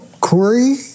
Corey